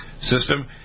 system